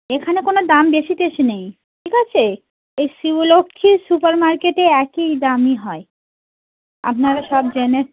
এখানে কোনো দাম বেশি টেশি নেই ঠিক আছে এই শিব লক্ষ্মী সুপার মার্কেটে একই দামই হয় আপনারা সব জেনে